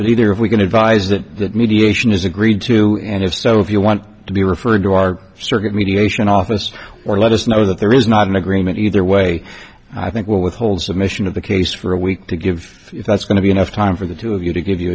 leader of we can advise that that mediation is agreed to and if so if you want to be referred to our circuit mediation office or let us know that there is not an agreement either way i think will withhold submission of the case for a week to give if that's going to be enough time for the two of you to give you